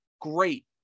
Great